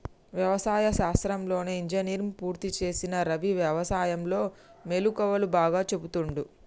వ్యవసాయ శాస్త్రంలో ఇంజనీర్ పూర్తి చేసిన రవి వ్యసాయం లో మెళుకువలు బాగా చెపుతుండు